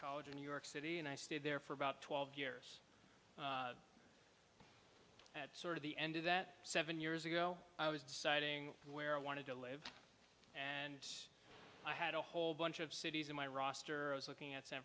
college in new york city and i stayed there for about twelve years at sort of the end of that seven years ago i was deciding where i wanted to live and i had a whole bunch of cities in my roster i was looking at san